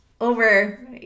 over